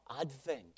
Advent